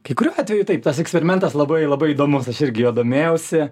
kai kuriuo atveju taip tas eksperimentas labai labai įdomus aš irgi juo domėjausi